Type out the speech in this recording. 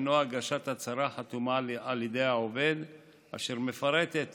הינו הגשת הצהרה חתומה על ידי העובד אשר מפרטת